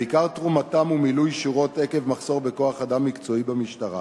ועיקר תרומתם הוא מילוי שורות עקב מחסור בכוח-אדם מקצועי במשטרה.